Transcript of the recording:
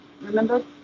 Remember